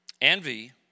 Envy